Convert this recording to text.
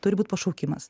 turi būt pašaukimas